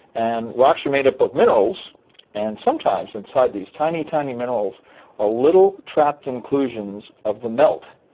and rocks are made up of minerals and sometimes inside these tiny, tiny minerals are little trapped inclusions of the melt,